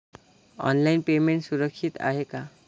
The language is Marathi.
ऑनलाईन पेमेंट सुरक्षित आहे का?